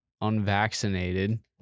unvaccinated